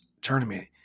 tournament